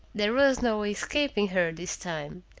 there was no escaping her this time.